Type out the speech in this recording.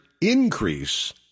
increase